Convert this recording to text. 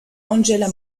angela